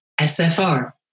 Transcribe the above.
SFR